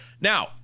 Now